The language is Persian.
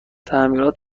تعمیرات